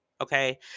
Okay